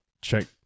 check